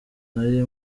nari